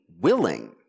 willing